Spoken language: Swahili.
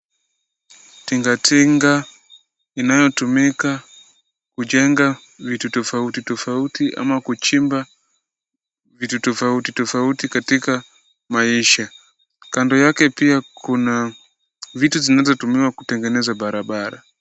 Tinga tinga inayotumika kujenga vitu tofauti tofauti ama kuchimba vitu tofauti tofauti katika maisha. Kando yake pia kuna vitu zinazotumiwa kutengeneza barabara.